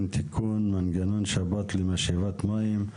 (תיקון מס' 36) (מנגנון שבת למשאבת מים),